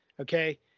Okay